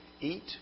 eat